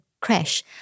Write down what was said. crash